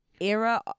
era